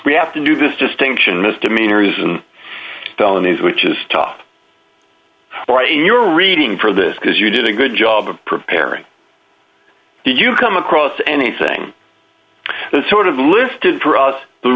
we have to do this distinction misdemeanors and felonies which is tough writing you're reading for this because you did a good job of preparing did you come across anything sort of listed draws the